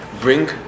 Bring